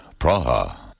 Praha